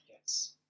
Yes